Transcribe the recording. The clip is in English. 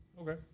Okay